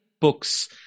books